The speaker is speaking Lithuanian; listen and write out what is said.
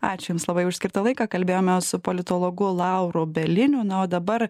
ačiū jums labai už skirtą laiką kalbėjome su politologu lauru bieliniu na o dabar